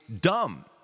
dumb